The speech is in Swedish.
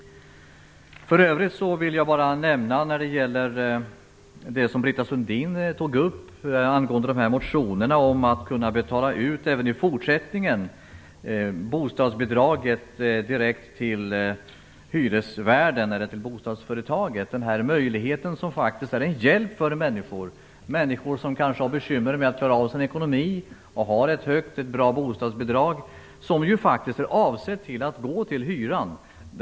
Britta Sundin tog upp motionerna om att även i fortsättningen kunna betala ut bostadsbidraget direkt till hyresvärden eller bostadsföretaget. Denna möjlighet är en hjälp för människor som har bekymmer med att klara av sin ekonomi och har ett högt bostadsbidrag. Det är ju faktiskt avsett att gå till hyran.